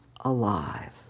alive